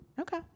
okay